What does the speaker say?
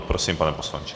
Prosím, pane poslanče.